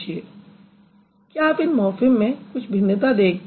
क्या आप इन मॉर्फ़िम में कुछ भिन्नता देखते हैं